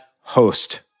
host